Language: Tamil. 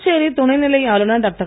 புதுச்சேரி துணைநிலை ஆளுனர் டாக்டர்